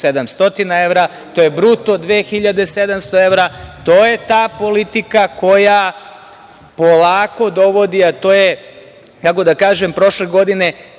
1700 evra. To je bruto 2700. To je ta politika koju polako dovodi, a to je kako da kažem, prošle godine